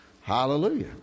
Hallelujah